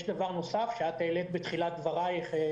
ישנו דבר נוסף שאת העלית בתחילת דברייך,